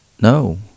No